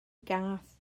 gath